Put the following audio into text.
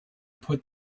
put